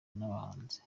n’abahanzi